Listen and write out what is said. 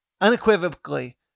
unequivocally